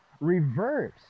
reverse